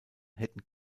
hätten